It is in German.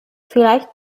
vielleicht